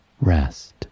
rest